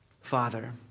Father